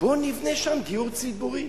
בוא נבנה שם דיור ציבורי.